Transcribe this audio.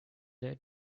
there